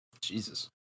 Jesus